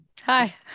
Hi